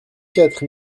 quatre